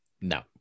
No